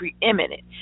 preeminent